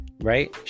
right